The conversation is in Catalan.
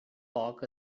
poc